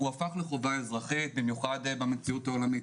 הוא הפך לחובה אזרחית, במיוחד במציאות העולמית.